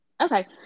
Okay